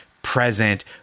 present